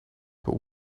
but